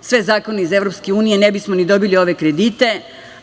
sve zakone iz EU ne bismo ni dobili ove kredite,